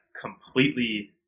completely –